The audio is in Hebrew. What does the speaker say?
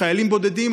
לחיילים בודדים,